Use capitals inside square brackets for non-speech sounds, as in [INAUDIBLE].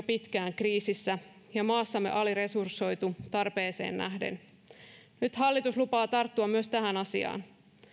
[UNINTELLIGIBLE] pitkään kriisissä ja maassamme aliresursoitu tarpeeseen nähden nyt hallitus lupaa tarttua myös tähän asiaan